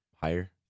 higher